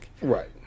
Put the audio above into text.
Right